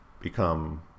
become